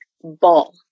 ball